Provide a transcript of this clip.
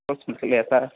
rose milk இல்லையா sir